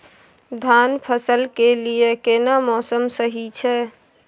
धान फसल के लिये केना मौसम सही छै?